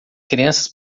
crianças